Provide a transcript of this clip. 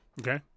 Okay